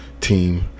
team